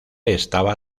estaba